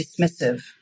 dismissive